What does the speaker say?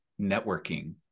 networking